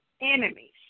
enemies